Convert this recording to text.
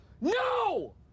no